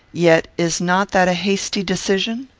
yet is not that a hasty decision?